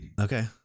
okay